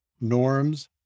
norms